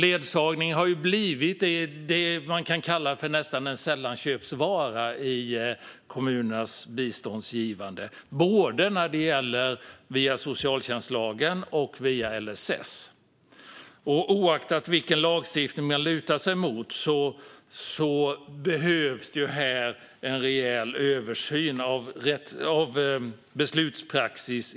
Ledsagning har närmast blivit vad man kan kalla en sällanköpsvara i kommunernas biståndsgivande, både via socialtjänstlagen och via LSS. Oavsett vilken lagstiftning man lutar sig mot behövs det en rejäl översyn av beslutspraxis.